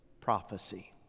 Prophecy